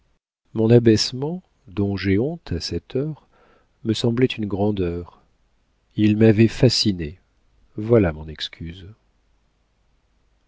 mon abaissement dont j'ai honte à cette heure me semblait une grandeur il m'avait fascinée voilà mon excuse